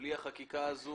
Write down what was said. בלי החקיקה הזאת